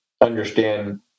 understand